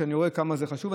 כי אני רואה כמה זה חשוב.